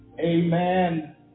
amen